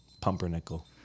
Pumpernickel